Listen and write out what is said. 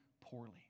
poorly